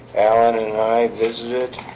alan and i visited